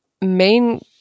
main